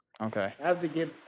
Okay